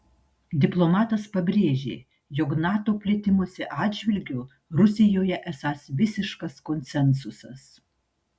diplomatas pabrėžė jog nato plėtimosi atžvilgiu rusijoje esąs visiškas konsensusas